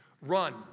run